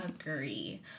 agree